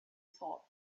thought